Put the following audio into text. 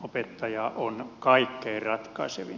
opettaja on kaikkein ratkaisevin